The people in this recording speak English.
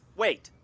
wait.